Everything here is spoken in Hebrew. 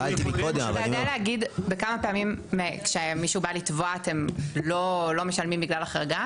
אתה יודע להגיד בכמה פעמים כשמישהו בא לתבוע אתם לא משלמים בגלל החרגה?